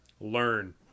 learn